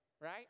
right